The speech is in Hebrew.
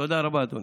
תודה רבה, אדוני.